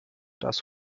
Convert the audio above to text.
das